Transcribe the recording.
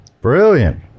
Brilliant